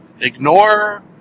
ignore